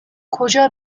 کجا